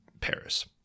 Paris